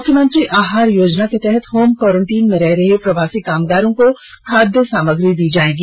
मुख्यमंत्री आहार योजना के तहत होम क्वारंटीन में रह रहे प्रवासी कामगारों को खादय सामग्री दी जायेगी